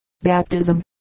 Baptism